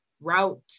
route